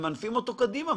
ממנפים אותו קדימה,